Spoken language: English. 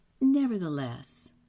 nevertheless